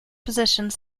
positioned